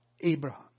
Abraham